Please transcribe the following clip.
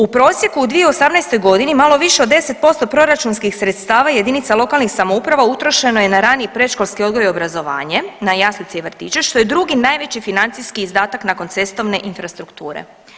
U prosjeku u 2018. g., malo više od 10% proračunskih sredstava jedinica lokalnih samouprava utrošeno je na rani i predškolski odgoj i obrazovanje, na jaslice i vrtiće, što je drugi najveći financijski izdatak nakon cestovne infrastrukture.